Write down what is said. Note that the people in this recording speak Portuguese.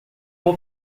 uma